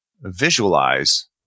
visualize